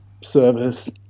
service